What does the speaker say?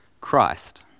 Christ